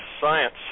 science